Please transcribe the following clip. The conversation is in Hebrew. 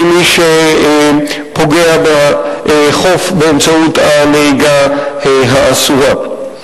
מי שפוגע בחוף באמצעות הנהיגה האסורה.